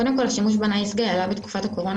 קודם כל השימוש ב'נייס גאי' עלה בתקופת הקורונה,